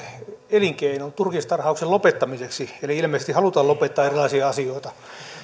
elinkeinon turkistarhauksen lopettamiseksi eli ilmeisesti halutaan lopettaa erilaisia asioita